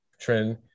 trend